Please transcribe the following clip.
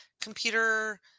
computer